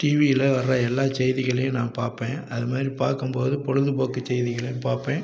டிவியில் வர்ற எல்லா செய்திகளையும் நான் பார்ப்பேன் அது மாதிரி பார்க்கும்போது பொழுதுபோக்கு செய்திகளையும் பார்ப்பேன்